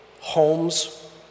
Homes